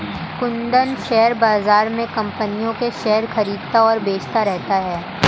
Kundan share बाज़ार में कम्पनियों के शेयर खरीदता और बेचता रहता है